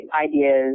ideas